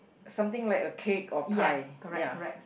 something like a cake or pie ya